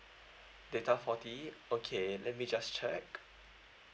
data forty okay let me just check